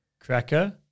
Cracker